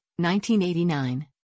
1989